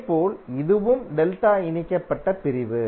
இதேபோல் இதுவும் டெல்டா இணைக்கப்பட்ட பிரிவு